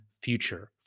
future